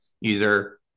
user